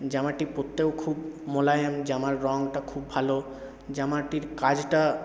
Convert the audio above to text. জামাটি পরতেও খুব মোলায়েম জামার রংটা খুব ভালো জামাটির কাজটা